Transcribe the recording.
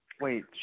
Wait